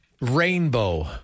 rainbow